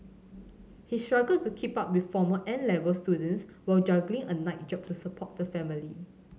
he struggled to keep up with former N Level students while juggling a night job to support the family